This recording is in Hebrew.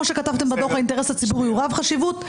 כמו שכתבתם בדו"ח האינטרס הציבורי הוא רב חשיבות.